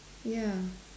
ya